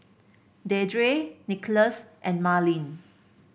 Deirdre Nicholas and Marlyn